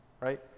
right